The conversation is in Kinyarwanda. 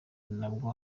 nabwo